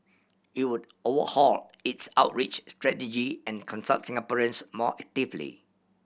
it would overhaul its outreach strategy and consult Singaporeans more actively